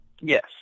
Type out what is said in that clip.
Yes